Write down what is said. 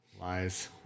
Lies